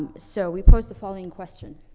so we posed the following question.